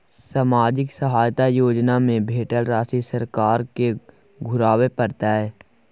सामाजिक सहायता योजना में भेटल राशि सरकार के घुराबै परतै?